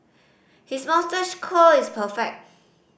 his moustache curl is perfect